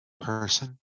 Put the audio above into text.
person